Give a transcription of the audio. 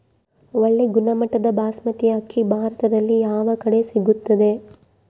ಒಳ್ಳೆ ಗುಣಮಟ್ಟದ ಬಾಸ್ಮತಿ ಅಕ್ಕಿ ಭಾರತದಲ್ಲಿ ಯಾವ ಕಡೆ ಸಿಗುತ್ತದೆ?